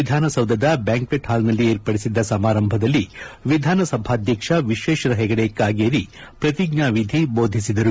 ವಿಧಾನಸೌಧದ ಬ್ಯಾಂಕ್ವೆಟ್ ಹಾಲ್ನಲ್ಲಿ ಏರ್ಪಡಿಸಿದ್ದ ಸಮಾರಂಭದಲ್ಲಿ ವಿಧಾನ ಸಭಾಧ್ಯಕ್ಷ ವಿಶ್ವೇಶ್ವರ ಹೆಗಡೆ ಕಾಗೇರಿ ಪ್ರತಿಜ್ಞಾನಿಧಿ ಬೋಧಿಸಿದರು